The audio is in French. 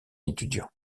étudiant